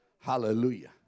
Hallelujah